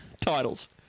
titles